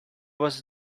was